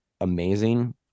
amazing